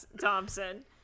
Thompson